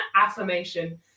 affirmation